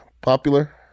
popular